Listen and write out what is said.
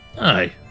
Aye